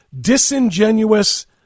disingenuous